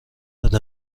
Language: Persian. بدید